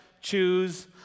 choose